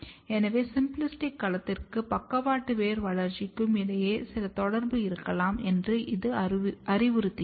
எனவே சிம்பிளாஸ்டிக் களத்திற்கும் பக்கவாட்டு வேர் வளர்ச்சிக்கும் இடையே சில தொடர்பு இருக்கலாம் என்று இது அறிவுறுத்துகிறது